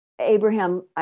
Abraham